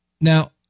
Now